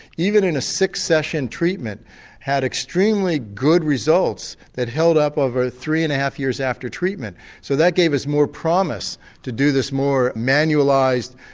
even in a six session treatment had extremely good results that held up over three and a half years after treatment so that gave us more promise to do this more manualised,